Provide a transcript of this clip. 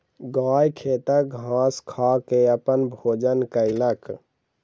गाय खेतक घास खा के अपन भोजन कयलक